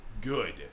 good